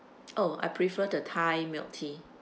oh I prefer the thai milk tea